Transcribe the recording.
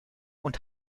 und